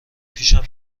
پیشم